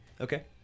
Okay